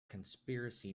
conspiracy